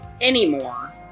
anymore